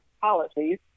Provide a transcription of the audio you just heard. policies